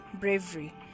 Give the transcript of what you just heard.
bravery